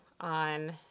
on